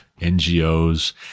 NGOs